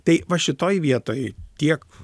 tai va šitoj vietoj tiek